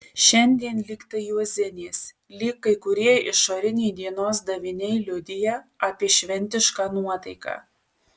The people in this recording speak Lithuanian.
šiandien lyg tai juozinės lyg kai kurie išoriniai dienos daviniai liudija apie šventišką nuotaiką